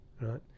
right